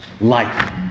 life